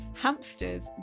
hamsters